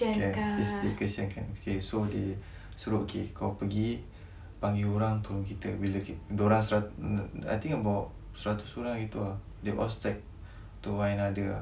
kan is they kesiankan K so they so okay kau pergi panggil orang tolong kita I think about seratus orang gitu ah they all stack onto one another